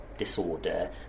Disorder